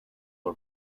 are